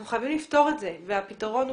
אנחנו חייבים לפתור את זה והפתרון הוא